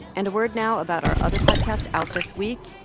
and a word now about our other podcast out this week.